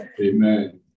Amen